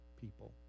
people